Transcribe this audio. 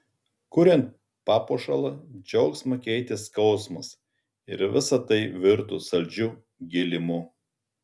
kuriant papuošalą džiaugsmą keitė skausmas ir visa tai virto saldžiu gėlimu